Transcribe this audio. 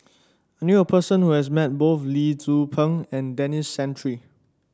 I knew a person who has met both Lee Tzu Pheng and Denis Santry